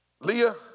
Leah